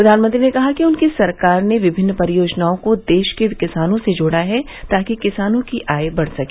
प्रधानमंत्री ने कहा कि उनकी सरकार ने विभिन्न परियोजनाओं को देश के किसानों से जोड़ा है ताकी किसानों की आय बढ़ सके